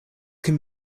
can